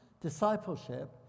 discipleship